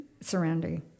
surrounding